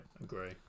agree